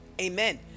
amen